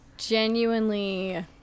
Genuinely